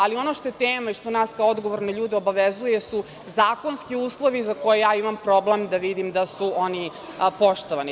Ali, ono što je tema i što nas kao odgovorne ljude obavezuje su zakonski uslovi za koje ja imam problem da vidim da su oni poštovani.